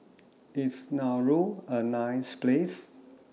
IS Nauru A nice Place